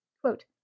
Quote